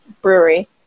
brewery